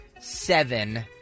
seven